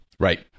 Right